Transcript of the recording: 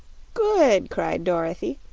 good! cried dorothy,